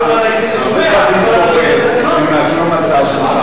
הרבה פעמים קורה כשמאשרים הצעה,